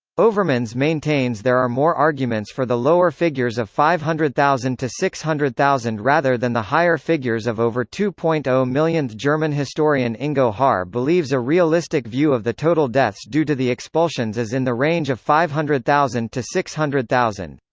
overmans maintains there are more arguments for the lower figures of five hundred thousand to six hundred thousand rather than the higher figures of over two point zero um millionthe german historian ingo haar believes a realistic view of the total deaths due to the expulsions is in the range of five hundred thousand to six hundred thousand.